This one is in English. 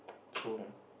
so